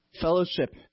fellowship